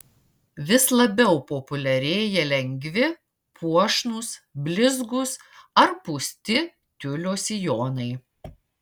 vis labiau populiarėja lengvi puošnūs blizgūs ar pūsti tiulio sijonai